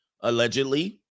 allegedly